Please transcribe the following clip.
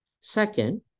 Second